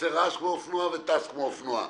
עושה רעש כמו אופנוע וטס כמו אופנוע,